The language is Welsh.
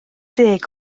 deg